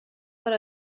per